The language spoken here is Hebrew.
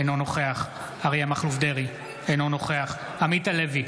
אינו נוכח אריה מכלוף דרעי, אינו נוכח עמית הלוי,